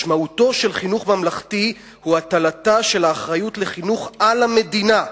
משמעותו של חינוך ממלכתי הוא הטלתה של האחריות לחינוך על המדינה,